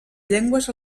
llengües